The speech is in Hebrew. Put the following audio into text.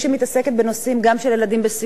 כי כמי שמתעסקת בנושאים גם של ילדים בסיכון